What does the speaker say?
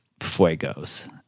Fuegos